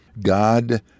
God